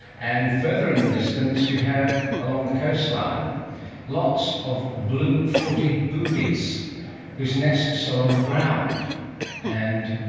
and further in the distance you have along the coastline lots of blue-footed boobies whose nests are on the ground and